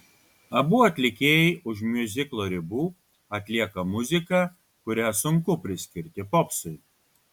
abu atlikėjai už miuziklo ribų atlieka muziką kurią sunku priskirti popsui